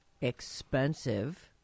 expensive